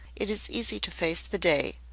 it is easy to face the day,